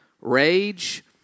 rage